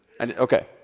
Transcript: Okay